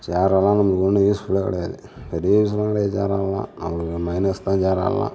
சேரெல்லாம் நமக்கு ஒன்னும் யூஸ்ஃபுல்லே கிடையாது பெரிய யூஸ்லாம் கிடையாது சேராலல்லாம் நம்மளுக்கு மைனஸ் தான் சேராலல்லாம்